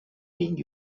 being